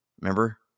Remember